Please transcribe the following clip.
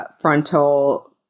frontal